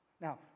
Now